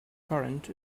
current